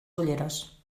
ulleres